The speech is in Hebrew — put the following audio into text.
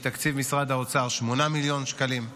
מתקציב משרד האוצר 8 מיליון שקלים.